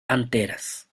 anteras